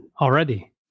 already